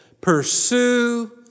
pursue